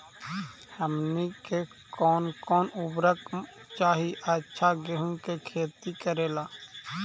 हमनी के कौन कौन उर्वरक चाही अच्छा गेंहू के खेती करेला?